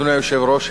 אדוני היושב-ראש,